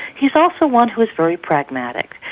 he is also one who is very pragmatic.